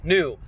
New